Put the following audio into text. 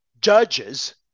judges